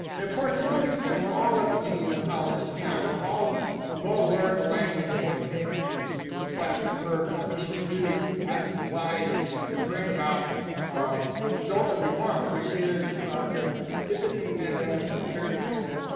and of course, there's some extent we're all epidemiologists, now we're all we've all learned the language of what it takes to to flatten the curve and what we need to do as a society to to bring about the results that we want, which is to to get this a pandemic under control,